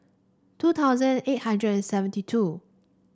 two thousand eight hundred and seventy two